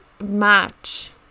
match